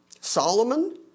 Solomon